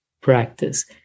practice